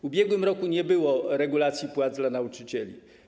W ubiegłym roku nie było regulacji płac dla nauczycieli.